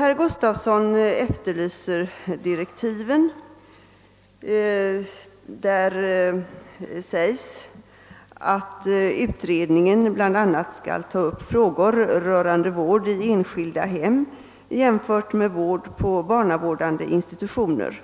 Herr Gustavsson efterlyser direktiven. Där sägs: »Utredningen skall bla. ta upp frågor rörande vård i enskilda hem jämfört med vård på barnavårdande institutioner.